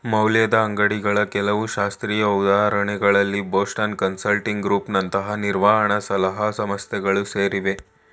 ಮೌಲ್ಯದ ಅಂಗ್ಡಿಗಳ ಕೆಲವು ಶಾಸ್ತ್ರೀಯ ಉದಾಹರಣೆಗಳಲ್ಲಿ ಬೋಸ್ಟನ್ ಕನ್ಸಲ್ಟಿಂಗ್ ಗ್ರೂಪ್ ನಂತಹ ನಿರ್ವಹಣ ಸಲಹಾ ಸಂಸ್ಥೆಗಳು ಸೇರಿವೆ